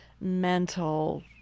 mental